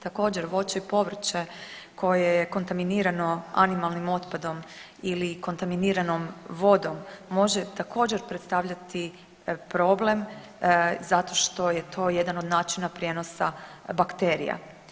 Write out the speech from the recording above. Također voće i povrće koje je kontaminirano animalnim otpadom ili kontaminiranom vodom može također predstavljati problem zato što je to jedan od načina prijenosa bakterija.